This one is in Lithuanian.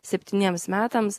septyniems metams